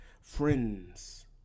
friends